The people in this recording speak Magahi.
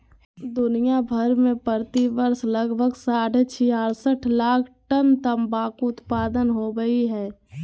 दुनिया भर में प्रति वर्ष लगभग साढ़े छियासठ लाख टन तंबाकू उत्पादन होवई हई,